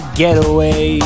getaway